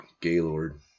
Gaylord